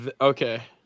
okay